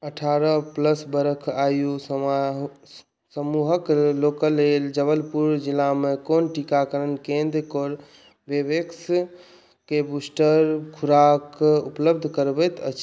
अठारह प्लस बरख आयु समाह समूहक लोकक लेल जबलपुर जिलामे कोन टीकाकरण केन्द्र कोरबेवेक्सके बूस्टर खुराक उपलब्ध करबैत अछि